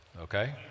okay